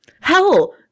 Hell